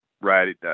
right